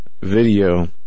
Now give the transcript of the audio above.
video